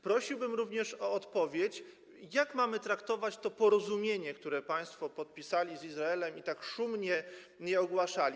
Prosiłbym również o odpowiedź na pytanie: Jak mamy traktować to porozumienie, które państwo podpisali z Izraelem i którego tak szumnie nie ogłaszali?